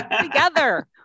together